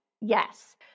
Yes